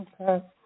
Okay